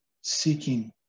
seeking